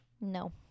No